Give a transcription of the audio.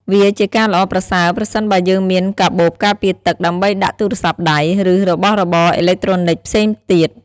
វាជាការល្អប្រសើរប្រសិនបើយើងមាន កាបូបការពារទឹក ដើម្បីដាក់ទូរស័ព្ទដៃ ឬរបស់របរអេឡិចត្រូនិកផ្សេងទៀត។